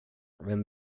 vem